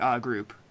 group